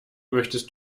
möchtest